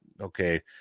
Okay